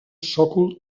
sòcol